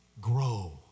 Grow